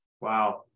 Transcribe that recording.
Wow